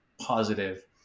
positive